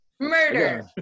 Murder